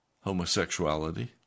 homosexuality